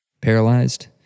paralyzed